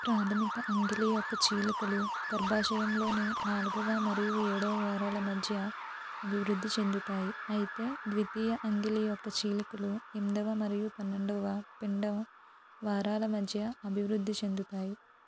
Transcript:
ప్రాధమిక అంగిలి యొక్క చీలికలు గర్భాశయంలోని నాలుగవ మరియు ఏడవ వారాల మధ్య అభివృద్ధి చెందుతాయి అయితే ద్వితీయ అంగిలి యొక్క చీలికలు ఎనిమిదవ మరియు పన్నెండవ పిండం వారాల మధ్య అభివృద్ధి చెందుతాయి